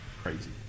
crazy